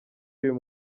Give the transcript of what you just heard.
uyu